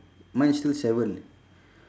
mine is still seven eh